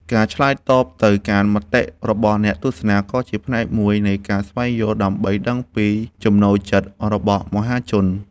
ការឆ្លើយតបទៅកាន់មតិរបស់អ្នកទស្សនា ក៏ជាផ្នែកមួយនៃការស្វែងយល់ ដើម្បីដឹងពីចំណូលចិត្តរបស់មហាជន។